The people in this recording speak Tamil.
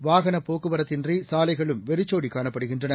வாகனப்போக்குவரத்துஇன்றி சாலைகளும்வெறிச்சசோடிக் காணப்படுகின்றன